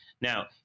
Now